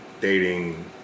dating